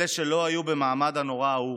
אלה שלא היו במעמד הנורא ההוא